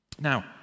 Now